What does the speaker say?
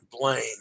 blame